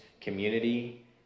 community